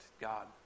God